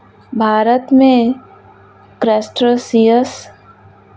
भारत में क्रस्टेशियंस के किस प्रजाति का उत्पादन हो रहा है?